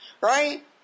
right